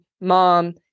mom